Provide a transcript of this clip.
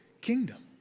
kingdom